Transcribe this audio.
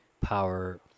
power